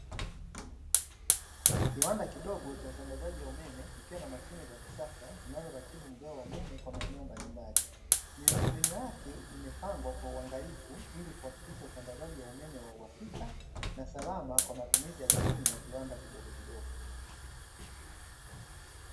Kiwanda kidogo cha usambazaji wa umeme kikiwa na mashine za kisasa zinazoratibu mgao wa umeme kwa maeneo mbalimbali; miundombinu yake imepangwa kwa uangalifu ili kuhakikisha usambazaji wa umeme wa uhakika na salama kwa matumizi ya jamii na viwanda vidogovidogo.